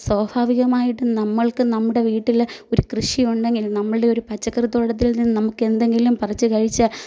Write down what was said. സ്വാഭാവികമായിട്ടും നമ്മൾക്ക് നമ്മുടെ വീട്ടിൽ ഒരു കൃഷി ഉണ്ടെങ്കിൽ നമ്മളുടെ ഒരു പച്ചക്കറിത്തോട്ടത്തിൽ നിന്ന് നമുക്കെന്തെങ്കിലും പറിച്ചു കഴിച്ച്